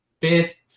fifth